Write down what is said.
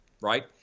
right